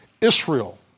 Israel